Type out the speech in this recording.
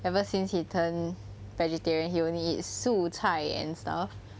ever since he turn vegetarian he only eat 素菜 and stuff